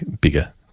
bigger